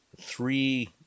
three